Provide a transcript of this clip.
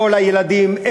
כל הילדים.